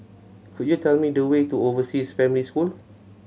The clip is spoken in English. could you tell me the way to Overseas Family School